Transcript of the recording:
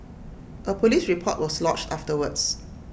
A Police report was lodged afterwards